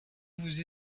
vous